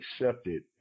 accepted